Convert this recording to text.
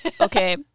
Okay